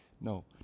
No